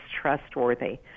trustworthy